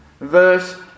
Verse